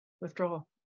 Withdrawal